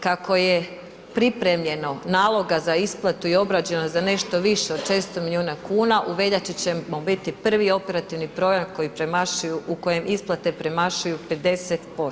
Kako je pripremljeno naloga za isplatu i obrađeno za nešto više od 400 milijuna kuna u veljači ćemo biti prvi operativni program u kojem isplate premašuju 50%